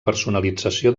personalització